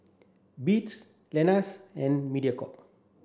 Beats Lenas and Mediacorp